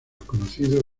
conocido